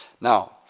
Now